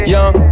Young